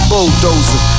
bulldozer